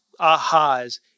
ahas